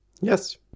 Yes